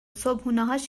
صبحونههاش